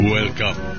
Welcome